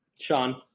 Sean